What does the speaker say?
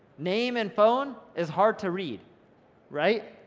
name and phone is hard to read right,